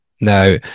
Now